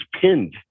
pinned